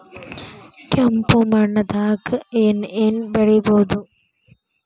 ಕೆಂಪು ಮಣ್ಣದಾಗ ಏನ್ ಏನ್ ಬೆಳಿಬೊದು?